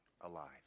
alive